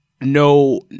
no